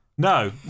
No